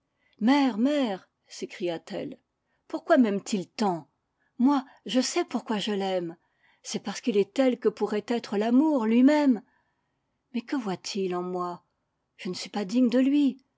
mère mère s'écria-t-elle pourquoi maime t il tant moi je sais pourquoi je l'aime c'est parce qu'il est tel que pourrait être l'amour lui-même mais que voit-il en moi je ne suis pas digne de lui